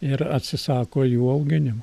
ir atsisako jų auginimo